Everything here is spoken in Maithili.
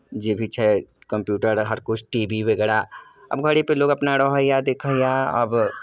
जे भी छै कम्प्यूटर हर किछु टी भी वगैरह आब घरेपर लोक अपना रहैए देखैए आब